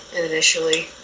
initially